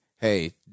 Hey